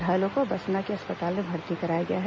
घायलों को बसना के अस्पताल में भर्ती कराया गया है